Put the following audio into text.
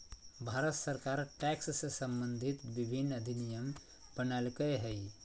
भारत सरकार टैक्स से सम्बंधित विभिन्न अधिनियम बनयलकय हइ